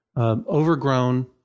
overgrown